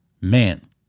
man